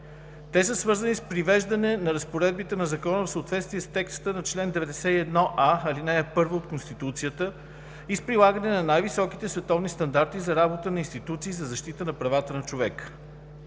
Те са свързани с привеждане на разпоредбите на Закона в съответствие с текста на чл. 91а, ал. 1 от Конституцията и с прилагане на най-високите световни стандарти за работа на институции за защита на правата на човека.